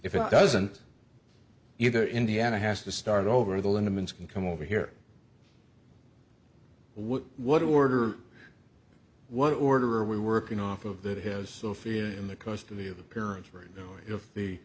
if it doesn't either indiana has to start over the liniments can come over here what do order what order are we working off of that has sophia in the custody of the parents right now if the